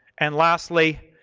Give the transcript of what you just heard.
and, lastly,